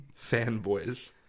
fanboys